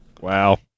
Wow